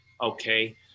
okay